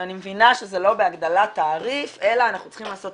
שאני מבינה שזה לא בהגדלת תעריף אלא אנחנו צריכים לעשות